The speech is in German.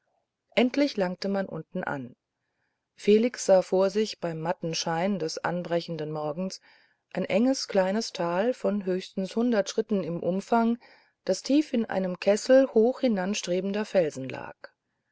endlich langte man unten an felix sah vor sich beim matten schein des anbrechenden morgens ein enges kleines tal von höchstens hundert schritten im umfang das tief in einem kessel hoch hinanstrebender felsen lag